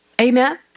Amen